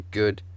good